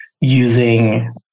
using